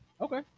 Okay